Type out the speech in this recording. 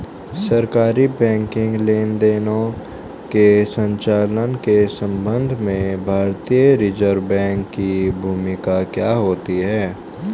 सरकारी बैंकिंग लेनदेनों के संचालन के संबंध में भारतीय रिज़र्व बैंक की भूमिका क्या होती है?